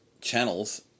channels